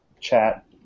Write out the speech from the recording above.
chat